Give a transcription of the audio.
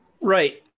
Right